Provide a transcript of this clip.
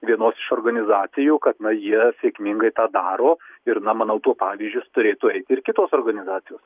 vienos iš organizacijų kad na jie sėkmingai tą daro ir na manau tuo pavyzdžiu turėtų eiti ir kitos organizacijos